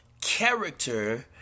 character